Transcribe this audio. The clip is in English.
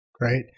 Right